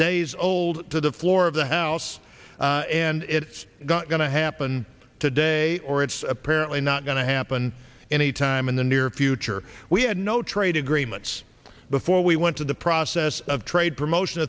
days old to the floor of the house and it's going to happen today or it's apparently not going to happen anytime in the near future we had no trade agreements before we went to the process of trade promotion